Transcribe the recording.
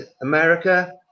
America